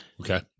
Okay